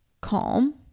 calm